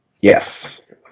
Yes